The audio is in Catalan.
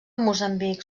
moçambic